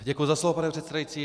Děkuji za slovo, pane předsedající.